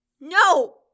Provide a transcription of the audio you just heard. No